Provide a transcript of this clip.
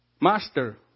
Master